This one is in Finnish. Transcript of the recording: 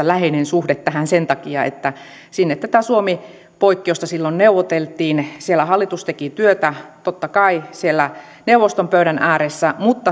läheinen suhde tähän sen takia että silloin tätä suomi poikkeusta sinne neuvoteltiin hallitus teki työtä totta kai siellä neuvoston pöydän ääressä ja